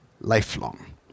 lifelong